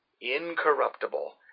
Incorruptible